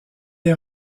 est